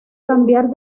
cambiar